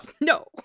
no